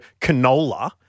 canola